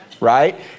right